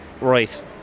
right